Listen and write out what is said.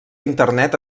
internet